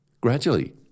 Gradually